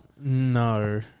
No